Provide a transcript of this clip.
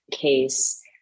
case